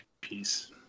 peace